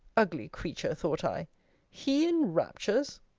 ugly creature, thought i he in raptures!